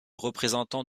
représentant